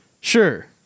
Sure